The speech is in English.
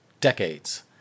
decades